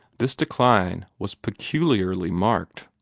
this decline was peculiarly marked.